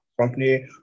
company